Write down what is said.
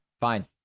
fine